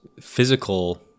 physical